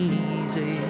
easy